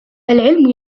العلم